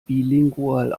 bilingual